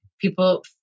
People